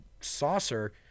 saucer